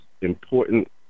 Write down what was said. important